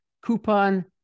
coupon